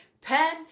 pen